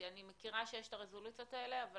אני מכירה שיש את הרזולוציות האלה אבל